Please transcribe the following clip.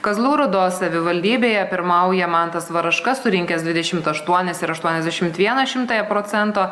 kazlų rūdos savivaldybėje pirmauja mantas varaška surinkęs dvidešimt aštuonis ir aštuoniasdešimt vieną šimtąją procento